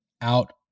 out